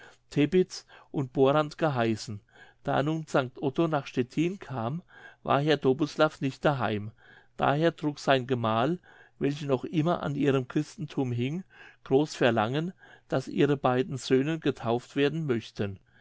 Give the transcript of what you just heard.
und borant geheißen da nun st otto nach stettin kam war herr dobislav nicht daheim daher trug sein gemahl welche noch immer an ihrem christentum hing groß verlangen daß ihre beiden söhne getauft werden möchten